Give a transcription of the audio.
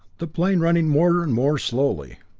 the plane running more and more slowly.